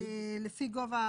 לפי גובה